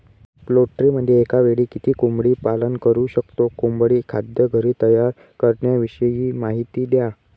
पोल्ट्रीमध्ये एकावेळी किती कोंबडी पालन करु शकतो? कोंबडी खाद्य घरी तयार करण्याविषयी माहिती द्या